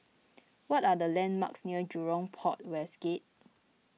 what are the landmarks near Jurong Port West Gate